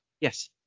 Yes